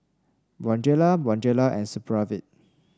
Bonjela Bonjela and Supravit